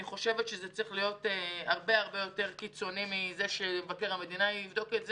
זה צריך להיות הרבה יותר קיצוני מכך שמבקר המדינה יבדוק את זה.